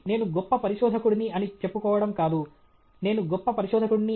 నేను గొప్ప పరిశోధకుడిని అని చెప్పుకోవడం కాదు నేను గొప్ప పరిశోధకుడిని